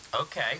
Okay